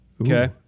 Okay